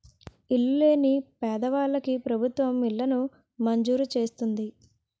ఇల్లు లేని పేదవాళ్ళకి ప్రభుత్వం ఇళ్లను మంజూరు చేస్తుంది